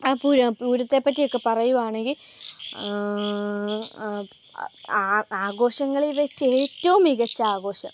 ആ പൂരം പൂരത്തെപ്പറ്റിയൊക്കെ പറയുകയാണെങ്കിൽ ആ ആഘോഷങ്ങളിൽ വെച്ചേറ്റവും മികച്ച ആഘോഷം